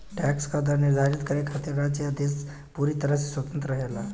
tax क दर निर्धारित करे खातिर राज्य या देश पूरी तरह से स्वतंत्र रहेला